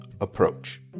approach